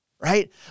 right